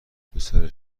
پسر